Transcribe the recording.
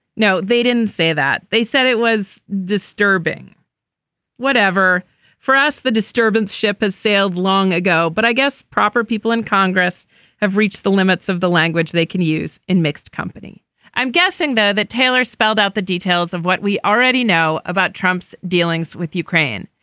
no they didn't say that they said it was disturbing whatever for us the disturbance ship has sailed long ago but i guess proper people in congress have reached the limits of the language they can use in mixed company i'm guessing though that taylor spelled out the details of what we already know about trump's dealings with ukraine.